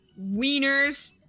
wieners